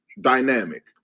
dynamic